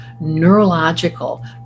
neurological